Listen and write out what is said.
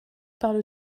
parle